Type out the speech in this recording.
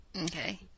Okay